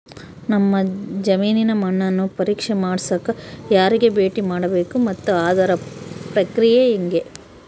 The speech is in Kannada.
ನಮ್ಮ ಜಮೇನಿನ ಮಣ್ಣನ್ನು ಪರೇಕ್ಷೆ ಮಾಡ್ಸಕ ಯಾರಿಗೆ ಭೇಟಿ ಮಾಡಬೇಕು ಮತ್ತು ಅದರ ಪ್ರಕ್ರಿಯೆ ಹೆಂಗೆ?